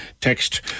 Text